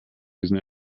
diesen